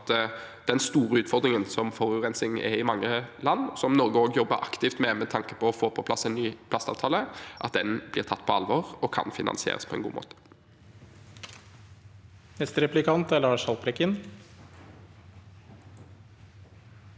at den store utfordringen som forurensing er i mange land, som Norge også jobber aktivt med, med tanke på å få på plass en ny plastavtale, blir tatt på alvor, og at det kan finansieres på en god måte.